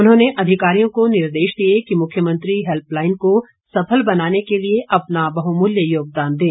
उन्होंने अधिकारियों को निर्देश दिए कि मुख्यमंत्री हेल्पलाइन को सफल बनाने के लिए अपना बहुमूल्य योगदान दें